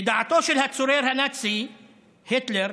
לדעתו של הצורר הנאצי היטלר,